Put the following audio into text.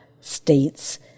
states